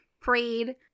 prayed